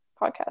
podcast